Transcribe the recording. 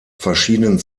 verschiedenen